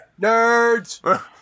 Nerds